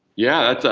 yeah,